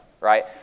right